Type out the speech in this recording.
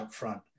upfront